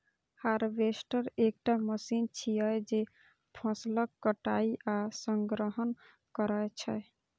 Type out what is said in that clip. harvester एकटा machine छियै, जे फसलक कटाइ आ संग्रहण करै छै